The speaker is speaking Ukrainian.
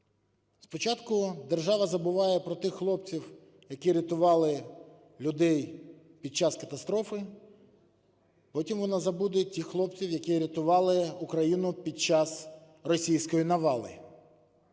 Спочатку держава забуває про тих хлопців, які рятували людей під час катастрофи, потім вона забуде тих хлопців, які рятували Україну під час російської навали.